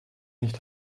nicht